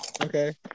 Okay